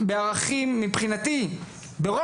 ברמת הערכים שלהם וברמה הלאומית,